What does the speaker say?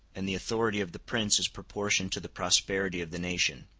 and the authority of the prince is proportioned to the prosperity of the nation